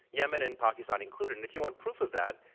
yemen and pakistan included. and if you want proof of that,